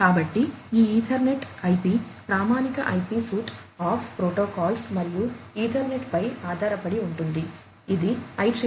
కాబట్టి ఈ Ethernet IP ప్రామాణిక ఐపి సూట్ ఆఫ్ ప్రోటోకాల్స్ మరియు ఈథర్నెట్ పై ఆధారపడి ఉంటుంది ఇది IEEE 802